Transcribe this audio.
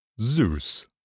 Zeus